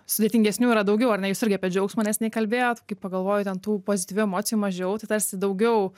sudėtingesnių yra daugiau ar ne jūs irgi apie džiaugsmą neseniai kalbėjot kaip pagalvoji ten tų pozityvių emocijų mažiau tai tarsi daugiau